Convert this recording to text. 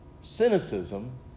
cynicism